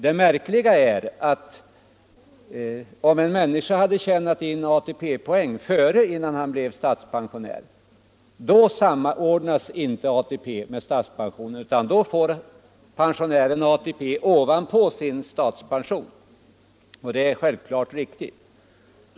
Det märkliga är att om en människa tjänat in ATP-poäng innan han blev statspensionär, så samordnas inte ATP med statspensionen, utan då får pensionären ATP ovanpå sin statspension, och det är naturligtvis riktigt.